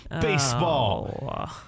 baseball